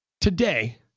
Today